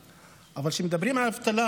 כשמדברים על אבטלה,